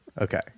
Okay